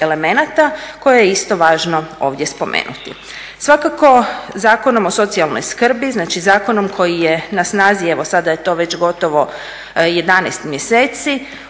koje je isto važno ovdje spomenuti. Svakako, Zakonom o socijalnoj skrbi, znači zakonom koji je na snazi evo sada je to već gotovo 11 mjeseci,